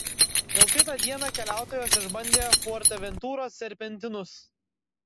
jau kitą dieną keliautojos išbandė fuerteventuros serpentinus